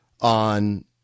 on